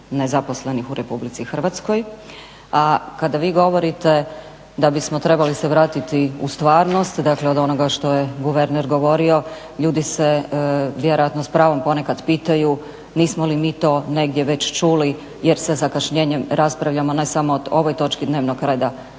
nezaposlenih u RH, a kada vi govorite da bismo se trebali vratiti u stvarnost dakle od onoga što je guverner govorio, ljudi se vjerojatno s pravom ponekad pitaju nismo li mi to već negdje čuli jer sa zakašnjenjem raspravljamo ne samo o ovoj točki dnevnog reda